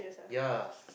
ya